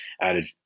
added